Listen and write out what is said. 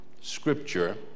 scripture